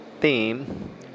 theme